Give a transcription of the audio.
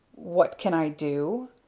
what can i do?